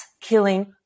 killing